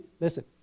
listen